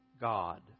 God